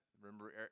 Remember